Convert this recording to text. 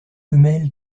femelles